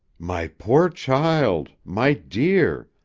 my poor child! my dear!